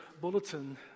bulletin